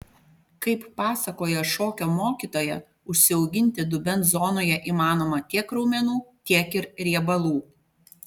kaip pasakoja šokio mokytoja užsiauginti dubens zonoje įmanoma tiek raumenų tiek ir riebalų